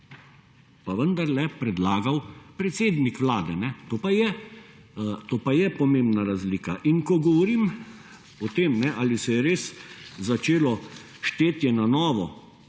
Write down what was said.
pa vendarle predlagal predsednik Vlade to pa je pomembna razlika. Ko govorim o tem ali se je res začelo štetje na novo